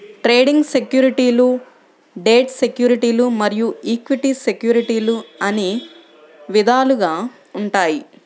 trading సెక్యూరిటీలు debt సెక్యూరిటీలు మరియు ఈక్విటీ సెక్యూరిటీలు అని విధాలుగా ఉంటాయి